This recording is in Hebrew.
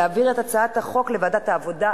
להעביר את הצעת החוק לוועדת העבודה,